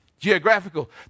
Geographical